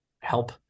help